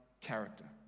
character